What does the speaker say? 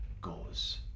goes